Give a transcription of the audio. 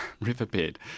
riverbed